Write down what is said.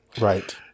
Right